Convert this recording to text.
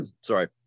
sorry